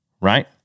right